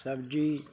ਸਬਜ਼ੀ